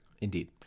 Indeed